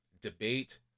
debate